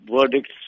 verdicts